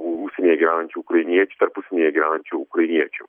užsienyje gyvenančių ukrainiečių tarp užsienyje gyvenančių ukrainiečių